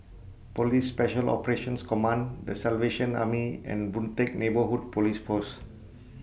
Police Special Operations Command The Salvation Army and Boon Teck Neighbourhood Police Post